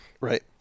Right